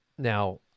Now